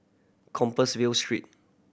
Compassvale Street